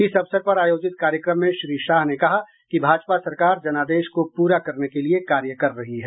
इस अवसर पर आयोजित कार्यक्रम में श्री शाह ने कहा कि भाजपा सरकार जनादेश को पूरा करने के लिए कार्य रही है